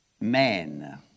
man